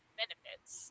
benefits